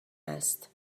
است